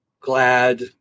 glad